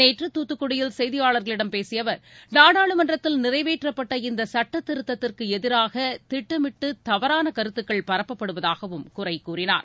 நேற்று தூத்துக்குடியில் செய்தியாளர்களிடம் பேசிய அவர் நாடாளுமன்றத்தில் நிறைவேற்றப்பட்ட இந்த சுட்டத்திருத்தத்திற்கு எதிராக திட்டமிட்டு தவறான கருத்துக்கள் பரப்பப்படுவதாகவும் குறை கூறினார்